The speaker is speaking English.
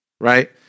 right